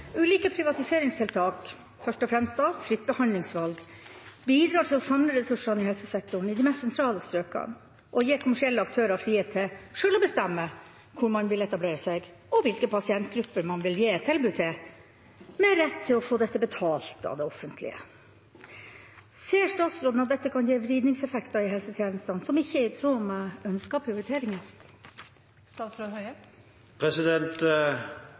gi kommersielle aktører frihet til selv å bestemme hvor man vil etablere seg og hvilke pasientgrupper man vil gi et tilbud til, med rett til å få dette betalt av det offentlige. Ser statsråden at dette kan gi vridningseffekter i helsetjenestene som ikke er i tråd med ønskede prioriteringer?»